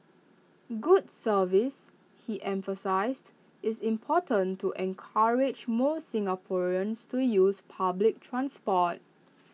good service he emphasised is important to encourage more Singaporeans to use public transport